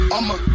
I'ma